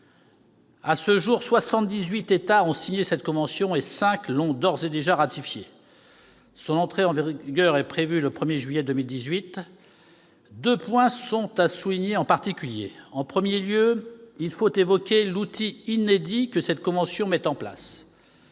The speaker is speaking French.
États ont signé cette convention et cinq l'ont d'ores et déjà ratifiée. Son entrée en vigueur est prévue le 1juillet 2018. Deux points sont à souligner en particulier. En premier lieu, il faut évoquer l'outil inédit mis en place